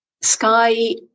Sky